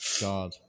God